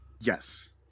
Yes